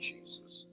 Jesus